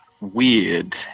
weird